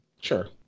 Sure